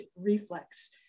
reflex